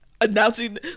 announcing